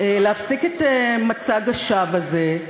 להפסיק את מצג השווא הזה.